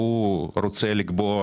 שהוא רוצה לקבוע